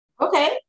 okay